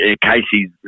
Casey's